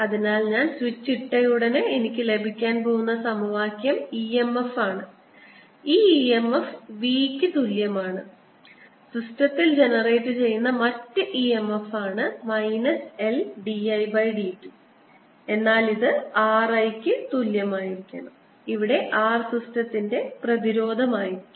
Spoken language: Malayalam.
അതിനാൽ ഞാൻ സ്വിച്ച് ഇട്ടയുടനെ എനിക്ക് ലഭിക്കാൻ പോകുന്ന സമവാക്യം emf ആണ്ഈ emf v യ്ക്ക് തുല്യമാണ് സിസ്റ്റത്തിൽ ജനറേറ്റുചെയ്യുന്ന മറ്റ് emf ആണ് minus L d I by dt എന്നാൽ ഇത് r I യ്ക്ക് തുല്യമായിരിക്കണം ഇവിടെ r സിസ്റ്റത്തിന്റെ പ്രതിരോധം ആയിരിക്കും